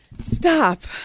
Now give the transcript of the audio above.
stop